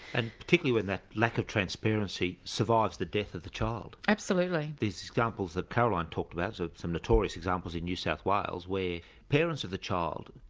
and particularly when that lack of transparency survives the death of the child. absolutely these examples that caroline talked about, so some notorious examples in new south wales, where parents of the child,